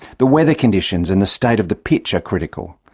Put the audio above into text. the weather conditions and the state of the pitch are critical.